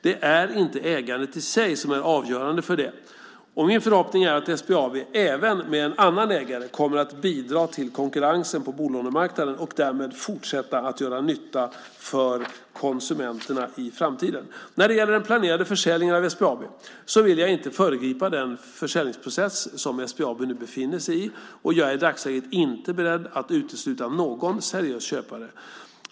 Det är inte ägandet i sig som är avgörande för det, och min förhoppning är att SBAB även med en annan ägare kommer att bidra till konkurrensen på bolånemarknaden och därmed fortsätta att göra nytta för konsumenterna i framtiden. När det gäller den planerade försäljningen av SBAB så vill jag inte föregripa den försäljningsprocess som SBAB nu befinner sig i, och jag är i dagsläget inte beredd att utesluta någon seriös köpare.